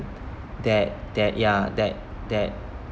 that that ya that that